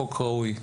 חוק ראוי.